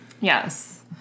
Yes